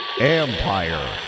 Empire